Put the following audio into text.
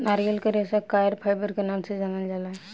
नारियल के रेशा के कॉयर फाइबर के नाम से जानल जाला